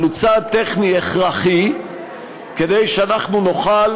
אבל הוא צעד טכני הכרחי כדי שאנחנו נוכל